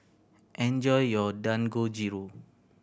enjoy your Dangojiru